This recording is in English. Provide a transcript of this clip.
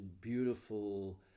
beautiful